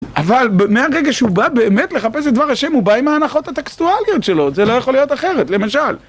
אבל מהרגע שהוא בא באמת לחפש את דבר השם, הוא בא עם ההנחות הטקסטואליות שלו, זה לא יכול להיות אחרת, למשל.